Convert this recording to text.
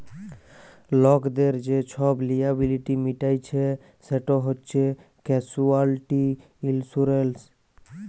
লকদের যে ছব লিয়াবিলিটি মিটাইচ্ছে সেট হছে ক্যাসুয়ালটি ইলসুরেলস